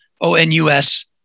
O-N-U-S